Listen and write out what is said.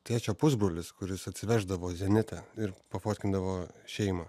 tėčio pusbrolis kuris atsiveždavo zenitą ir pafotkindavo šeimą